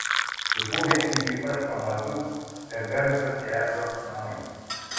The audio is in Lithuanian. supuvę iki pat pamatų be garso težo namai